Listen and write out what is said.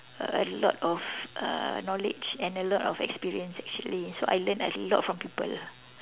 a lot of err knowledge and a lot of experience actually so I learn a lot from people lah